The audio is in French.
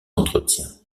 d’entretien